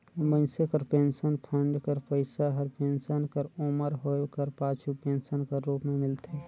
मइनसे कर pension fund कर पइसा हर पेंसन कर उमर होए कर पाछू पेंसन कर रूप में मिलथे